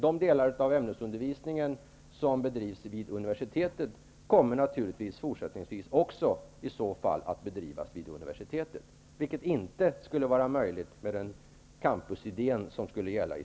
De delar av ämnesundervisningen som för närvarande bedrivs vid universitetet, kommer naturligtvis även i fortsättningen att bedrivas där. Det skulle inte vara möjligt med campusidéen i